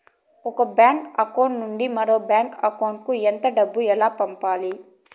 ఒక bank account నుంచి మరొక బ్యాంకు అకౌంట్ కు ఎంత డబ్బు ఎలా పంపాలి